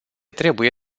trebuie